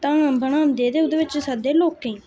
धाम बनांदे ते उ'दे बिच्च सद्धे लोकें गी